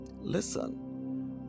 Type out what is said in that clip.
Listen